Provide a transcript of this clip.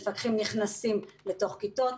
מפקחים נכנסים לתוך כיתות,